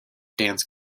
dance